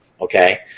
okay